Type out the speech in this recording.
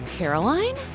Caroline